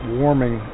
warming